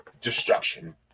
destruction